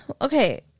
okay